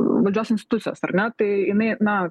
valdžios institucijos ar ne tai jinai na